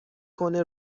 کنه